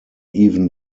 even